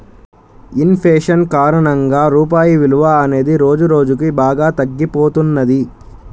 in fashion కారణంగా రూపాయి విలువ అనేది రోజురోజుకీ బాగా తగ్గిపోతున్నది